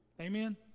Amen